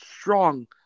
strong